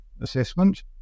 assessment